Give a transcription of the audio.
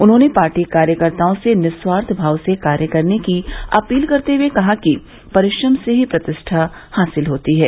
उन्होंने पार्टी कार्यकर्ताओं से निःस्वार्थ भाव से कार्य करने की अपील करते हुए कहा कि परिश्रम से ही प्रतिष्ठा हासिल होती है